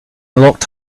locked